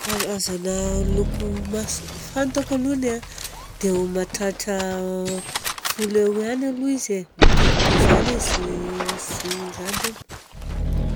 Karazana loko maso fantako alohany a dia eo mahatratra folo eo ihany aloha izy e, mitovitovy ihany izy sy randrana.